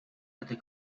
other